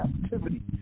captivity